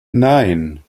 nein